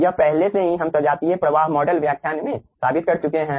यह पहले से ही हम सजातीय प्रवाह मॉडल व्याख्यान में साबित कर चुके हैं